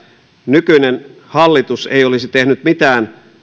nykyinen hallitus ei olisi tehnyt mitään